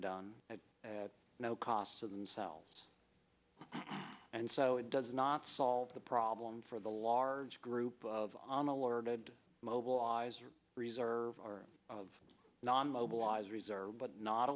done at no cost to themselves and so it does not solve the problem for the large group of alerted mobilized reserve of non mobilized reserve but not